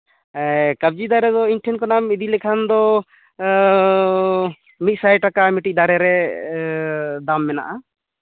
ᱠᱟᱵᱡᱤ ᱫᱟᱨᱮ ᱫᱚ ᱤᱧ ᱴᱷᱮᱱ ᱠᱷᱚᱱᱟᱜ ᱮᱢ ᱤᱫᱤ ᱞᱮᱠᱷᱟᱱ ᱫᱚ ᱢᱤᱫ ᱥᱟᱭ ᱴᱟᱠᱟ ᱢᱤᱫᱴᱤᱡ ᱫᱟᱨᱮ ᱨᱮ ᱫᱟᱢ ᱢᱮᱱᱟᱜᱼᱟ